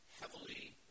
heavily